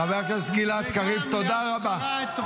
חבר הכנסת קריב, תודה רבה.